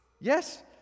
Yes